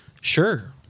Sure